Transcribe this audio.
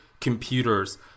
computers